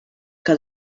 que